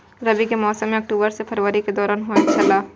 रबी के मौसम अक्टूबर से फरवरी के दौरान होतय छला